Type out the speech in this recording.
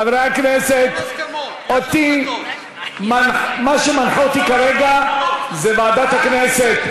חברי הכנסת, מה שמנחה אותי כרגע זה ועדת הכנסת,